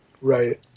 Right